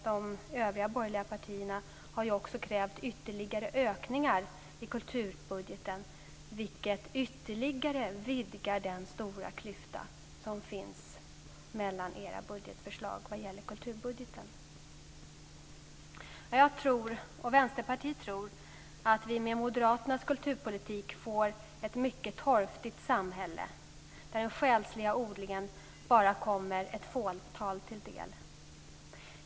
De övriga borgerliga partierna har krävt ytterligare ökningar i kulturbudgeten, vilket ännu mer vidgar den stora klyfta som finns mellan era förslag vad gäller kulturbudgeten. Jag och Vänsterpartiet tror att vi med moderaternas kulturpolitik får ett mycket torftigt samhälle där den själsliga odlingen bara kommer ett fåtal till del.